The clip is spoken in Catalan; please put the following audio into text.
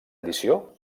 edició